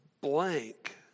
blank